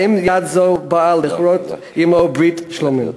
האם יד זו באה לכרות עמו ברית שלומים.